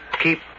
keep